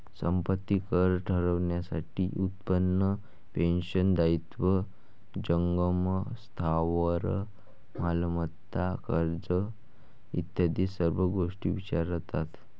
संपत्ती कर ठरवण्यासाठी उत्पन्न, पेन्शन, दायित्व, जंगम स्थावर मालमत्ता, कर्ज इत्यादी सर्व गोष्टी विचारतात